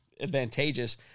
advantageous